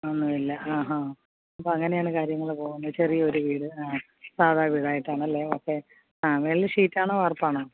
ഒന്നുമില്ല ആ ആ അപ്പോൾ അങ്ങനെയാണ് കാര്യങ്ങൾ പോവുന്നത് ചെറിയ ഒരു വീട് സാധാ വീടായിട്ടാണ് അല്ലേ ഓക്കെ ആ മേളിൽ ഷീറ്റ് ആണോ വാര്പ്പാണോ